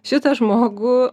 šitą žmogų